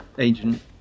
Agent